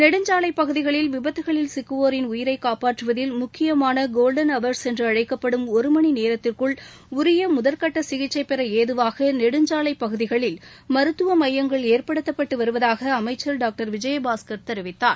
நெடுஞ்சாலை பகுதிகளில் விபத்துக்களில் சிக்குவோரின் உயிரை காப்பாற்றுவதில் முக்கியமான கோல்டன் அவர்ஸ் என்று அழைக்கப்படும் ஒருமணி நேரத்திற்குள் உரிய முதல்கட்ட சிகிச்சைபெற ஏதுவாக நெடுஞ்சாலை பகுதிகளில் மருத்துவ எமயங்கள் ஏற்படுத்தப்பட்டு வருவதாக அமைச்ச் டாக்டர் விஜயபாஸ்கள் தெரிவித்தார்